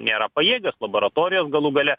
nėra pajėgios laboratorijos galų gale